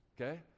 okay